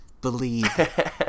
Believe